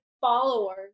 followers